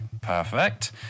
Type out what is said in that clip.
Perfect